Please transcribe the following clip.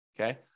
Okay